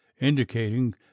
indicating